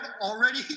already